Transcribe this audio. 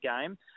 game